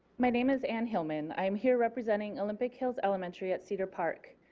my name is ann hilman i am here representing olympic hills elementary at cedar park.